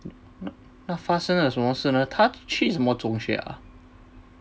那发生了什么事她去什么中学啊